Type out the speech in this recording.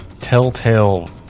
telltale